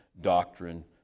doctrine